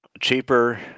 Cheaper